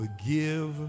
forgive